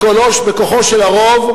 בכוחו של הרוב,